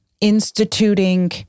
instituting